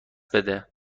بده